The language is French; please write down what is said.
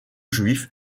juifs